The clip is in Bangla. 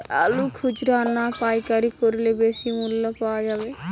আলু খুচরা না পাইকারি করলে বেশি মূল্য পাওয়া যাবে?